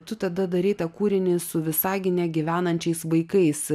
tu tada darei tą kūrinį su visagine gyvenančiais vaikais